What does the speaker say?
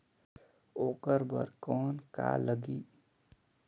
ओकर बर कौन का लगी?